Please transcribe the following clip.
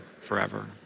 forever